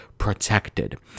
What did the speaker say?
protected